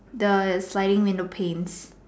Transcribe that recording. the sliding window panes